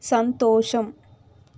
సంతోషం